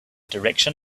direction